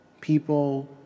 People